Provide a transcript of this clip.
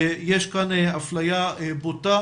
יש כאן אפליה בוטה.